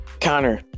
Connor